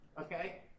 Okay